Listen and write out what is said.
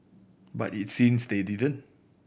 but it seems they didn't